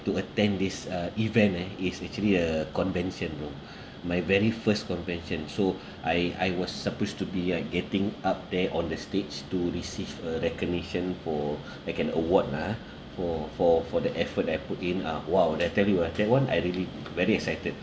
to attend this uh event eh is actually a convention bro my very first convention so I I was supposed to be like getting up there on the stage to receive a recognition for like an award lah ha for for for the effort I put in uh !wow! I tell you ah that one I really very excited